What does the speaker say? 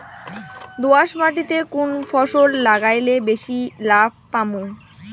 দোয়াস মাটিতে কুন ফসল লাগাইলে বেশি লাভ পামু?